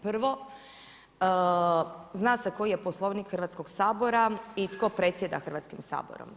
Prvo zna se koji je poslovnik Hrvatskog sabora i tko predsjeda Hrvatskim saborom.